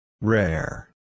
Rare